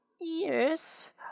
Yes